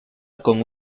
con